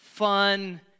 fun